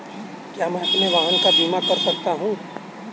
क्या मैं अपने वाहन का बीमा कर सकता हूँ?